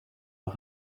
mae